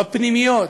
בפנימיות,